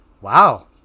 Wow